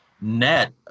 net